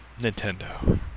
Nintendo